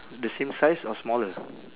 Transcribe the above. the same size or smaller